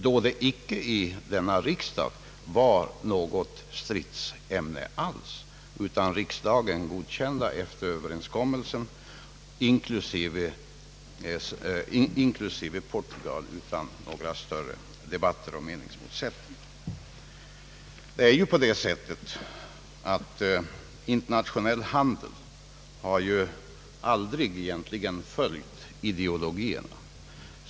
Då var saken i denna riksdag inte något stridsämne alls, utan riksdagen godkände EFTA-överenskommelsen inklusive Portugals medlemskap utan några större debatter och meningsmotsättningar. Internationell handel har aldrig följt ideologierna.